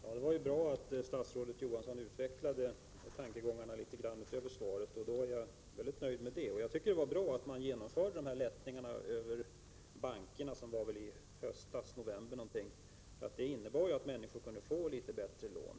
Herr talman! Jag är tacksam för att statsrådet Johansson utvecklade tankegångarna i svaret ytterligare. Jag tycker det var bra att man genomförde lättnaderna för lån över bankerna, för det innebar att människor kunde få litet fördelaktigare lån.